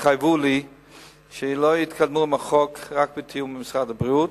שיתחייבו לי שלא יתקדמו עם החוק אלא בתיאום עם משרד הבריאות.